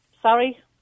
sorry